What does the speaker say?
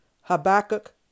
Habakkuk